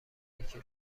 یکی